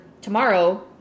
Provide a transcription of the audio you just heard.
tomorrow